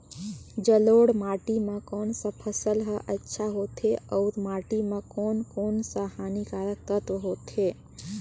जलोढ़ माटी मां कोन सा फसल ह अच्छा होथे अउर माटी म कोन कोन स हानिकारक तत्व होथे?